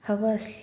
हवं अस